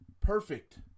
perfect